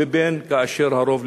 ובין כאשר הרוב,